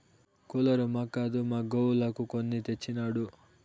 cooler మాక్కాదు మా గోవులకు కొని తెచ్చినాడు